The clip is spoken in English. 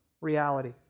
reality